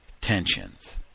tensions